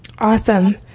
Awesome